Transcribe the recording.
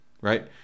Right